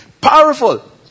Powerful